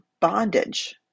bondage